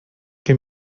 que